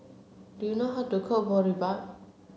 do you know how to cook Boribap